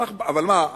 אבל מה,